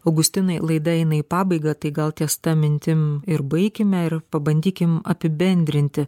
augustinai laida eina į pabaigą tai gal ties ta mintim ir baikime ir pabandykim apibendrinti